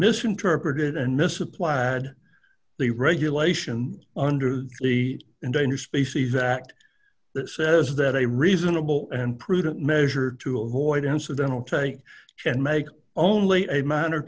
misinterpreted and misapplied the regulation under the endangered species act that says that a reasonable and prudent measure to avoid incidental try and make only a minor